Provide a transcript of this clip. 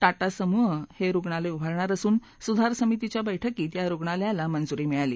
टाटा समूह हे रुग्णालय उभारणार असून सुधार समितीच्या बैठकीत या रुग्णालयाला मंजुरी मिळाली